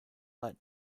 but